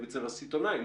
אצל הסיטונאי,